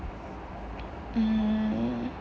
mm